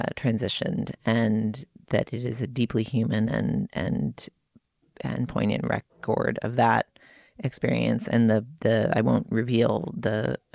ah transitioned and that it is a deeply human and and and poignant record record of that experience and the the i won't reveal the